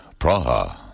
Praha